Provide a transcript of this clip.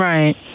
Right